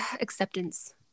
acceptance